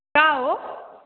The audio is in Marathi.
का ओ